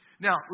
Now